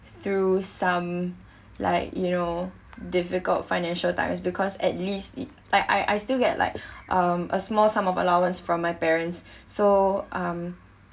through some like you know difficult financial times because at least it I I I still get like um a small sum of allowance from my parents so um